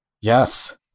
Yes